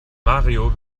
mario